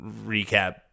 recap